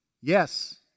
Yes